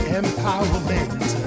empowerment